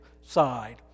side